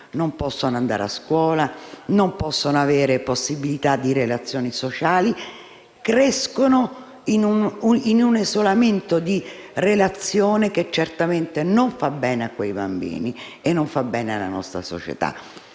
Non possono andare a scuola, non possono avere possibilità di relazioni sociali e crescono in un isolamento relazionale che certamente non fa bene a quei bambini e alla nostra società.